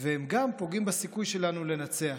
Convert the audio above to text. הם גם פוגעים בסיכוי שלנו לנצח,